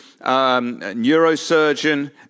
neurosurgeon